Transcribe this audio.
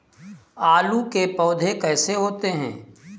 आलू के पौधे कैसे होते हैं?